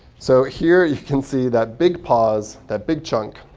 so here, you can see that big pause, that big chunk,